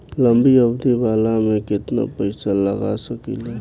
लंबी अवधि वाला में केतना पइसा लगा सकिले?